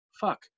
fuck